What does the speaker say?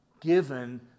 given